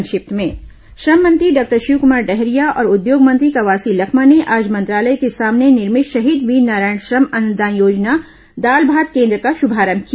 संक्षिप्त समाचार श्रम मंत्री डॉक्टर शिवक्मार डहरिया और उद्योग मंत्री कवासी लखमा ने आज मंत्रालय के सामने निर्मित शहीद वीरनारायण श्रम अन्नदान योजना दाल भात केन्द्र का श्रभारंभ किया